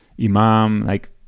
imam—like